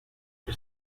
che